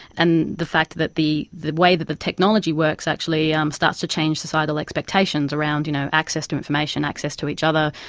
and the fact that the the way that the technology works actually um starts to change societal expectations around, you know, access to information, access to each other,